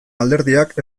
alderdiak